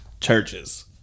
churches